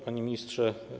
Panie Ministrze!